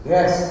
Yes